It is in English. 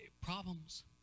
problems